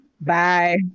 Bye